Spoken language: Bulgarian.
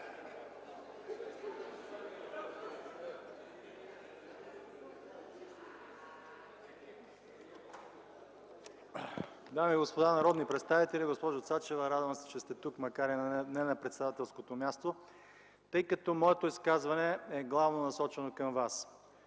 Дами и господа народни представители! Госпожо Цачева, радвам се, че сте тук, макар и не на председателското място, тъй като моето изказване е насочено главно към Вас.